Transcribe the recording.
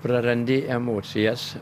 prarandi emocijas